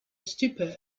stupeur